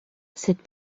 cette